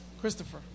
Christopher